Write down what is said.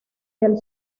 del